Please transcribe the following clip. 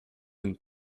lyn